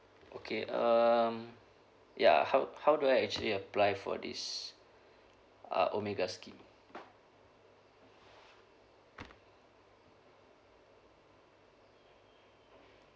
okay um ya how how do I actually apply for this uh omega scheme